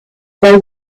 there